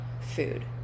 food